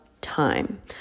time